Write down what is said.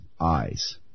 eyes